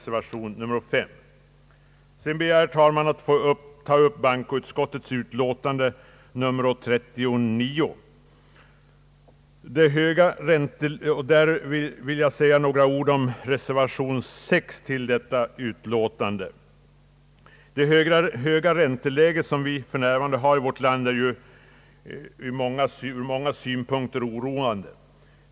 Sedan ber jag, herr talman, att få ta upp bankoutskottets utlåtande nr 39 till behandling, Där vill jag säga några ord om reservation 6 vid detta utlåtande. Det höga ränteläge som vi för närvarande har i vårt land är från många synpunkter oroande.